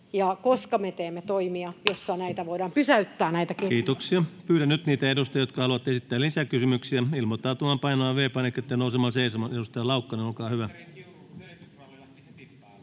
kok) Time: 16:26 Content: Kiitoksia. — Pyydän nyt niitä edustajia, jotka haluavat esittää lisäkysymyksiä, ilmoittautumaan painamalla V-painiketta ja nousemalla seisomaan. — Edustaja Häkkänen, olkaa hyvä.